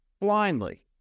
blindly